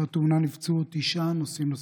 באותה תאונה נפצעו תשעה נוסעים נוספים,